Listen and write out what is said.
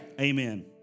Amen